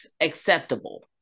acceptable